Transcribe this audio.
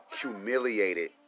humiliated